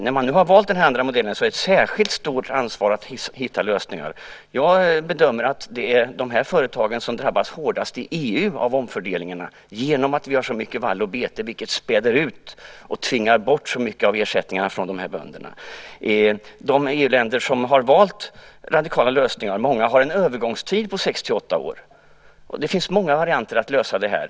När man nu har valt den andra modellen har man ett särskilt stort ansvar att hitta lösningar. Jag bedömer att dessa företag drabbas hårdast i EU av dessa omfördelningar genom att vi har så mycket vall och bete, vilket späder ut och tvingar bort mycket av ersättningen för dessa bönder. Många EU-länder har valt radikala lösningar med till exempel en övergångstid på sex-åtta år. Det finns många varianter att lösa det här.